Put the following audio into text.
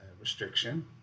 restriction